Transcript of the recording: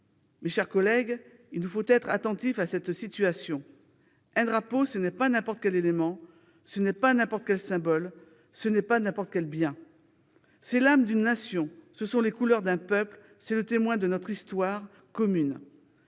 Mes chers collègues, il nous faut être attentifs à cette situation : un drapeau, ce n'est pas n'importe quel symbole, ce n'est pas n'importe quel bien ; c'est l'âme d'une nation, ce sont les couleurs d'un peuple, c'est le témoin de notre histoire commune.